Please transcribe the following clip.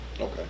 Okay